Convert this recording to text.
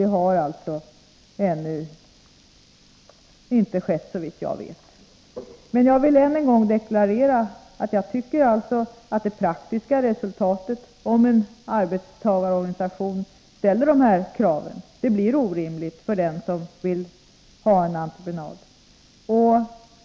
Det har alltså såvitt jag vet ännu inte i något fall skett. Jag vill än en gång deklarera för det första att jag tycker att det praktiska resultatet om en arbetstagarorganisation ställer sådana här krav blir orimligt för den som vill ha en entreprenad.